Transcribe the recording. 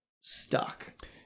stuck